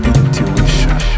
Intuition